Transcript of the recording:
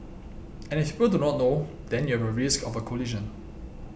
and if people do not know then you have a risk of a collision